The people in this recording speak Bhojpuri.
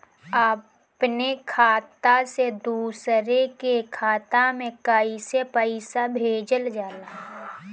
अपने खाता से दूसरे के खाता में कईसे पैसा भेजल जाला?